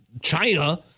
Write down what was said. China